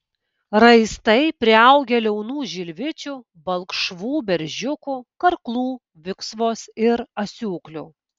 raistai priaugę liaunų žilvičių balkšvų beržiukų karklų viksvos ir asiūklių